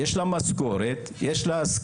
יש לה משכורת, יש לה השכלה,